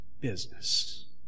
business